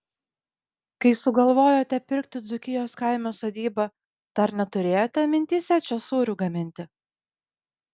kai sugalvojote pirkti dzūkijos kaime sodybą dar neturėjote mintyse čia sūrių gaminti